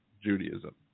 Judaism